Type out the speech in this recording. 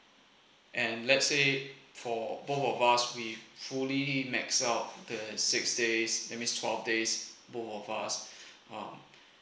and let's say for both of us we fully max up the six days that means twelve days both of us um